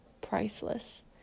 priceless